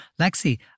Lexi